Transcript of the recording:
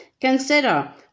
Consider